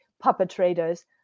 perpetrators